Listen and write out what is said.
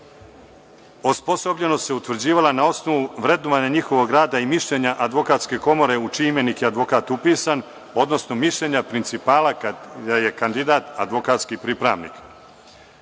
osposobljenost se utvrđivala na osnovu vrednovanja njihovog rada i mišljenja Advokatske komore u čiji imenik je advokat upisan, odnosno mišljenja principala kada je kandidat advokatski pripravnik.